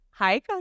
Hi